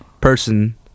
person